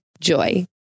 joy